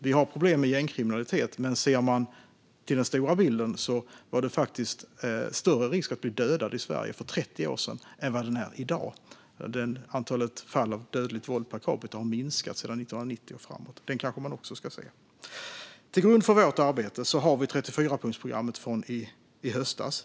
Ja, vi har problem med gängkriminalitet, men det var faktiskt större risk att bli dödad i Sverige för 30 år sedan än vad det är i dag. Antalet fall av dödligt våld per capita har minskat sedan 1990 och framåt. Till grund för vårt arbete har vi 34-punktsprogrammet från i höstas.